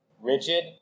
Rigid